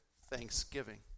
thanksgiving